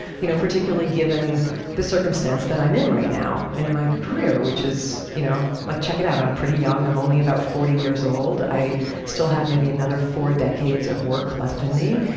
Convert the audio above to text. you know particularly given the circumstance that i'm in right now in my career. which is you know, like check it out, i'm pretty young, i'm only about forty years old. i still have maybe another four decades of work left in me.